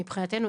מבחינתנו,